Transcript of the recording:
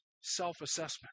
self-assessment